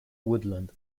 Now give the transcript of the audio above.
woodland